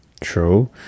True